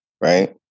Right